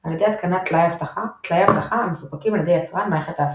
על ידי התקנת טלאי אבטחה המסופקים על ידי יצרן מערכת ההפעלה.